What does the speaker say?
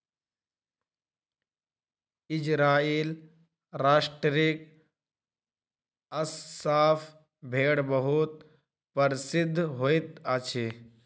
Israel राष्ट्रक Assaf भेड़ बहुत प्रसिद्ध होइत अछि